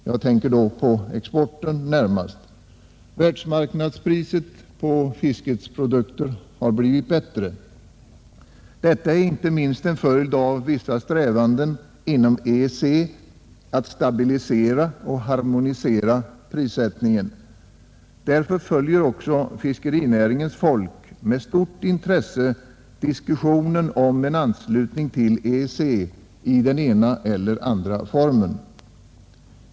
Jag tänker då närmast på exporten. Världsmarknadspriset på fiskets produkter har blivit bättre. Detta är inte minst en följd av vissa strävanden inom EEC att stabilisera och harmonisera prissättningen. Därför följer också fiskerinäringens folk med stort intresse diskussionen om en anslutning till EEC i den ena eller andra formen.